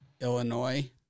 Illinois